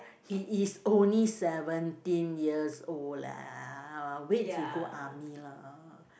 he is only seventeen years old leh wait he go army lah